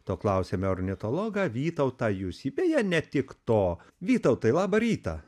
to klausiame ornitologą vytautą jusį beje ne tik to vytautai laba ryta